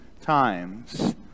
times